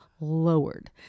lowered